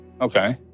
Okay